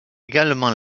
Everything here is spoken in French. également